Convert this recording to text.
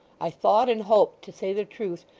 i thought and hoped, to say the truth,